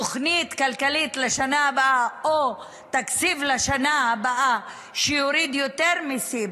תוכנית כלכלית לשנה הבאה או תקציב לשנה הבאה שיוריד יותר מיסים,